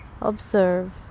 observe